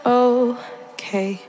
okay